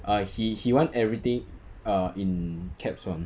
ah he he want everything err in caps [one]